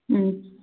ꯎꯝ